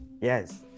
Yes